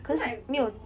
because I um